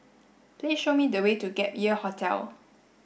please show me the way to Gap Year Hostel